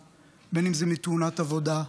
בין שזה ממחלה, בין שזה מתאונת עבודה,